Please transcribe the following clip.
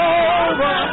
over